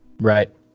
Right